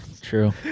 true